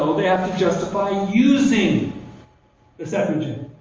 so they have to justify using the septuagint.